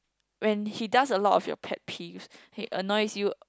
when he does a lot of your pet peeves he annoys you